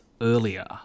earlier